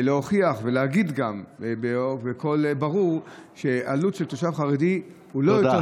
להוכיח ולהגיד גם בקול ברור שעלות של תושב חרדי היא לא יותר